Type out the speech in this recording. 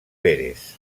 pérez